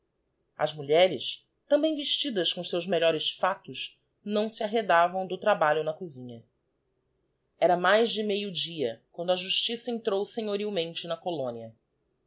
as mulheres também vestidas com os seus melhores fatos não se arredavam do trabalho na cozinha era mais de meio-dia quando a justiça entrou senhorilmente na colónia